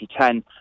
2010